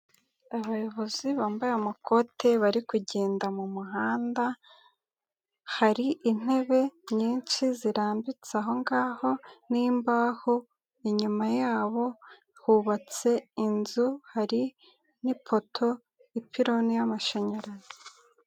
Abayobozi bambaye amakote, bari kugenda mu muhanda, hari intebe nyinshi zirambitse aho ngaho n'imbaho, inyuma yabo hubatse inzu, hari n'ipoto, ipiron y'amashanyarazi.